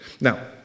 Now